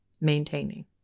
maintaining